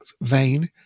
vein